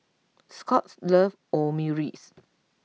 Scott loves Omurice